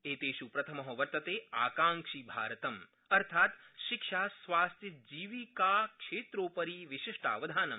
एतेष् प्रथम वर्तते आकांक्षी भारतम् अर्थात् शिक्षास्वास्थ्यजीविकाक्षेत्रोपरि विशिष्टावधानम्